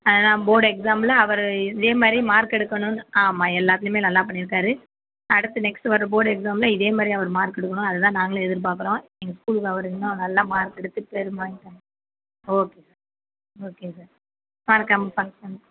ஏன்னா போர்டு எக்ஸாம்ல அவர் இதேமாதிரி மார்க் எடுக்கணுன்னு ஆமாம் எல்லாத்திலையுமே நல்லா பண்ணியிருக்காரு அடுத்து நெக்ஸ்ட்டு வர போர்டு எக்ஸாமில் இதே மாதிரி அவர் மார்க் எடுக்கணும் அது தான் நாங்களும் எதிர்பார்க்கறோம் எங்கள் ஸ்கூலில் அவர் இன்னும் நல்லா மார்க் எடுத்து பேரும் வாய்ங் தாங்க ஓகே சார் ஓகே சார் மறக்காம பங்க்ஷன்